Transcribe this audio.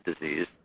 disease